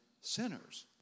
sinners